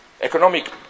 economic